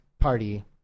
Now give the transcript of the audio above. party